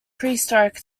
prehistoric